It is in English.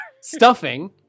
Stuffing